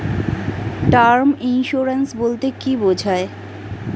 Term insurance বলতে কী বোঝায়?